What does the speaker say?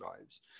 lives